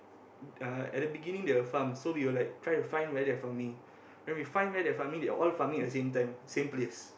uh at the beginning they'll farm so we will like try to find like where they're farming when we find where they're farming they're all farming at the same time same place